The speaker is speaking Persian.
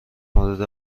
مورد